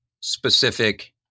specific